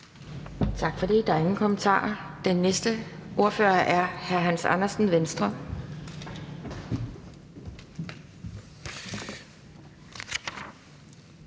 Tak for det. Der er ingen kommentarer. Den næste ordfører er hr. Hans Andersen, Venstre.